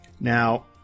now